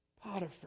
Potiphar